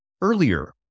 earlier